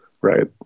Right